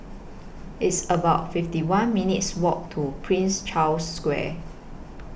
It's about fifty one minutes' Walk to Prince Charles Square